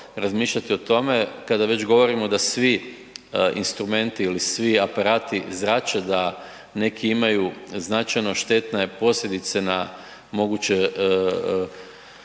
razmišljati o tome, kada već govorimo da svi instrumenti ili svi aparati zrače, da neki imaju značajno štetne posljedice na moguće,